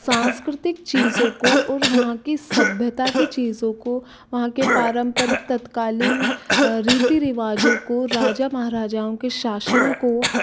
सांस्कृतिक चीज़ों को और वहाँ की सभ्यता की चीज़ो को वहाँ के पारम्परिक तत्कालीन रीति रिवाजों को राजा महाराजाओं के शाषन को